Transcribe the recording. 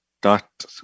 Dot